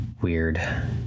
weird